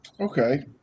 okay